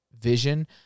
vision